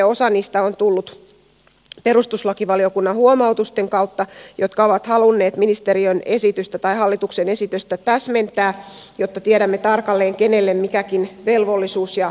osa niistä on tullut perustuslakivaliokunnan huomautusten kautta ja niillä on haluttu täsmentää hallituksen esitystä jotta tiedämme tarkalleen kenelle mikäkin velvollisuus ja oikeus kuuluu